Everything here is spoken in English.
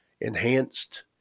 enhanced